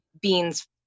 beans